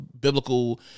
biblical